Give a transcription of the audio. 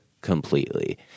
completely